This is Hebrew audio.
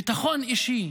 ביטחון אישי,